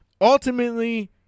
Ultimately